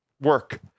work